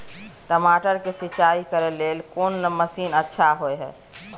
टमाटर के सिंचाई करे के लेल कोन मसीन अच्छा होय है